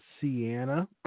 Sienna